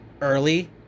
early